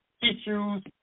issues